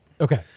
Okay